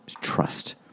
trust